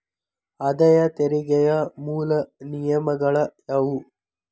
ಆದಾಯ ತೆರಿಗೆಯ ಮೂಲ ನಿಯಮಗಳ ಯಾವು